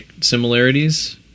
similarities